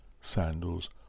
sandals